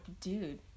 Dude